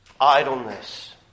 Idleness